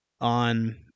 on